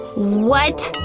what!